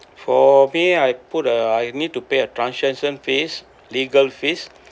for me I put uh I need to pay a transaction fees legal fees